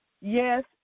Yes